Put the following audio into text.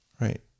Right